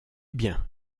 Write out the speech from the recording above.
bien